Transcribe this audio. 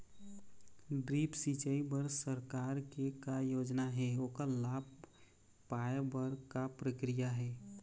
Drip सिचाई बर सरकार के का योजना हे ओकर लाभ पाय बर का प्रक्रिया हे?